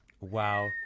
Wow